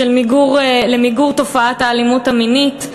למיגור תופעת האלימות המינית,